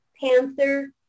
Panther